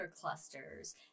clusters